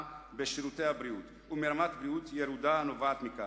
בשירותי הבריאות ומרמת בריאות ירודה הנובעת מכך.